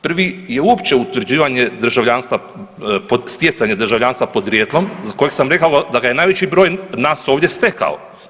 Prvi je uopće utvrđivanje državljanstva pod stjecanje državljanstva podrijetlom za koje sam rekao da ga najveći broj nas ovdje stekao.